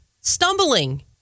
stumbling